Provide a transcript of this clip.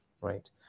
right